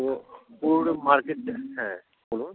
পুরো পুরো মার্কেটটা হ্যাঁ বলুন